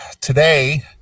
Today